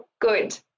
Good